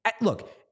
Look